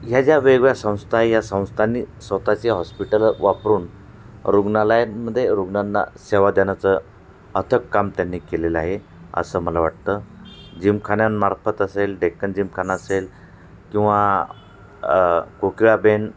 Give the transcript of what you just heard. ह्या ज्या वेगळ्या संस्था या संस्थांनी स्वतःची हॉस्पिटलं वापरून रुग्णालयांमध्ये रुग्णांना सेवा देण्याचं अथक काम त्यांनी केलेलं आहे असं मला वाटतं जिमखान्यांमार्फत असेल डेक्कन जिमखाना असेल किंवा कोकिळाबेन